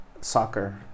soccer